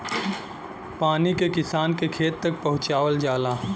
पानी के किसान के खेत तक पहुंचवाल जाला